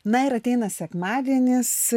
na ir ateina sekmadienis